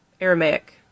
Aramaic